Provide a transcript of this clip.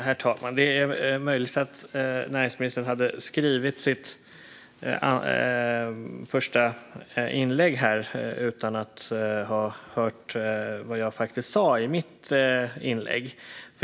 Herr talman! Det är möjligt att näringsministern hade skrivit sitt första inlägg utan att ha hört vad jag faktiskt sa i mitt inlägg.